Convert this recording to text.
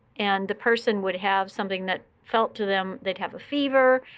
and the person would have something that felt to them. they'd have a fever.